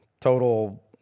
total